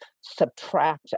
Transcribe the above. subtract